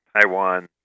Taiwan